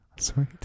Sweet